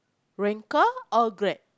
rent car or Grab